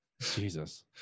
Jesus